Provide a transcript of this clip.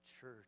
church